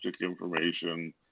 information